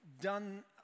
done